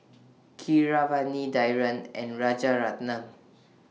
Keeravani Dhyan and Rajaratnam